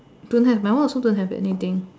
don't have my one also don't have anything